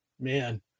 man